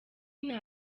nta